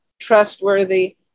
trustworthy